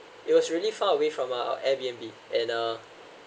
it was really far away from our airbnb and uh